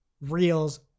Reels